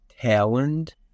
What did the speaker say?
talent